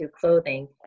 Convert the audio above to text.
clothing